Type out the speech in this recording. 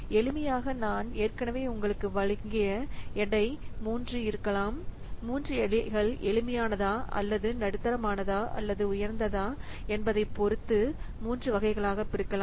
எளிமையாக நான் ஏற்கனவே உங்களுக்கு வழங்கிய எடை மூன்று இருக்கலாம் 3 எடைகள் எளிமையானதா அல்லது நடுத்தரமா அல்லது உயர்ந்ததா என்பதைப் பொறுத்து மூன்று வகைகளாகப் பிரிக்கலாம்